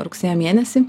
rugsėjo mėnesį